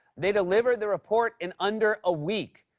they delivered the report in under a week.